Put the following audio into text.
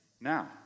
now